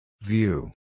View